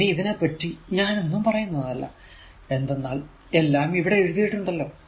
ഇനി ഇതിനെപ്പറ്റി ഞാൻ ഒന്നും പറയുന്നതല്ല എന്തെന്നാൽ എല്ലാം ഇവിടെ എഴുതിയിട്ടുണ്ടല്ലോ